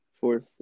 Fourth